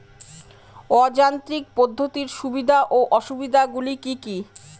অযান্ত্রিক পদ্ধতির সুবিধা ও অসুবিধা গুলি কি কি?